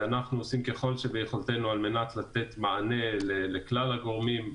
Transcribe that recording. אנו עושים כל שביכולתנו כדי לתת מענה לכלל הגורמים.